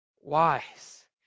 wise